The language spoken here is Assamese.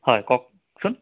হয় কওকচোন